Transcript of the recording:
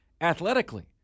athletically